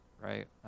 right